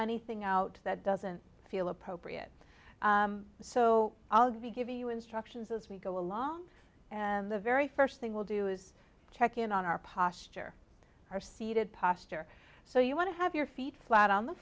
anything out that doesn't feel appropriate so i'll be giving you instructions as we go along and the very first thing we'll do is check in on our posture or seated posture so you want to have your feet flat on the